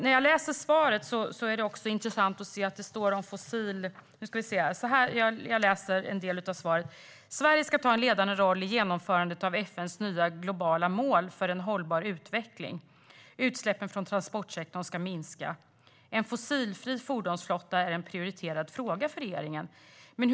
Följande del i svaret är intressant: "Sverige ska ta en ledande roll i genomförandet av FN:s nya globala mål för en hållbar utveckling. Utsläppen från transportsektorn ska minska. En fossilfri fordonsflotta är en prioriterad fråga för regeringen."